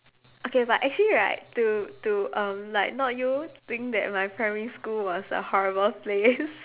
okay but actually right to to um like not you think that my primary school was a horrible place